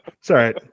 Sorry